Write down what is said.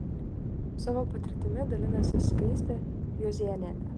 savo patirtimi dalinasi skaistė juozėnienė